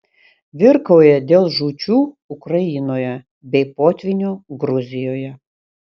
virkauja dėl žūčių ukrainoje bei potvynio gruzijoje